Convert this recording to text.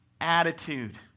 attitude